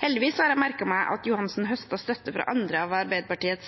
Heldigvis har jeg merket meg at Johansen høstet støtte fra andre av Arbeiderpartiets